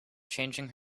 changing